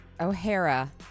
O'Hara